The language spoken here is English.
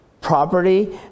property